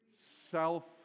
Self